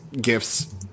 gifts